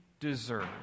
deserve